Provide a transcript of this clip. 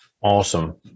awesome